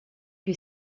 que